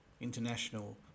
International